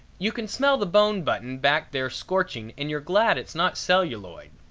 you can smell the bone button back there scorching and you're glad it's not celluloid,